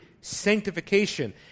sanctification